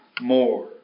more